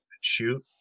shoot